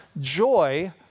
joy